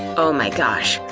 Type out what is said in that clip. oh my gosh,